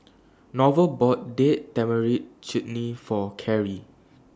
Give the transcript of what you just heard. Norval bought Date Tamarind Chutney For Karri